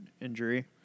injury